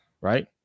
right